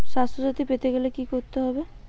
স্বাস্থসাথী পেতে গেলে কি করতে হবে?